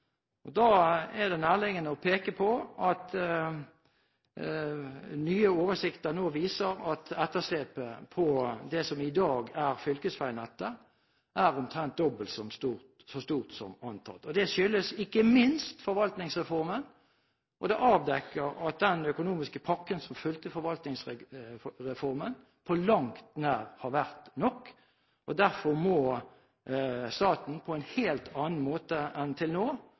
Da er det nærliggende å peke på at nye oversikter nå viser at etterslepet på det som i dag er fylkesveinettet, er omtrent dobbelt så stort som antatt. Det skyldes ikke minst forvaltningsreformen, og det avdekker at den økonomiske pakken som fulgte med forvaltningsreformen, på langt nær har vært nok. Derfor må staten i ny Nasjonal transportplan på en helt annen måte enn til nå